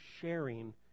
sharing